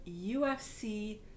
UFC